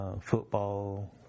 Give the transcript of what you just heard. football